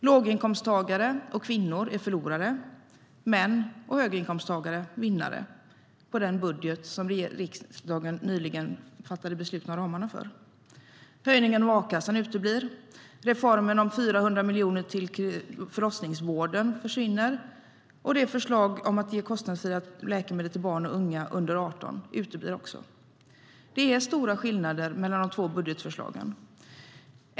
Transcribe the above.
Låginkomsttagare och kvinnor är förlorare och män och höginkomsttagare vinnare med den budget som riksdagen nyligen fattade beslut om ramarna för. Det är stora skillnader mellan de två budgetförslagen.